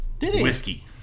whiskey